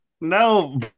No